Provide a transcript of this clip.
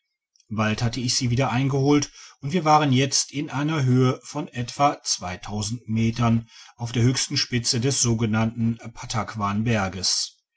bald hatte ich sie wieder eingeholt und wir waren jetzt in einer höhe von etwa metern auf der höchsten spitze des sogenannten